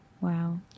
Wow